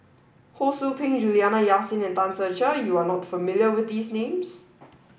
Ho Sou Ping Juliana Yasin and Tan Ser Cher you are not familiar with these names